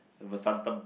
Vasantham